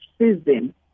season